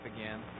again